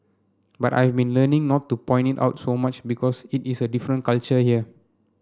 but I've been learning not to point it out so much because it is a different culture here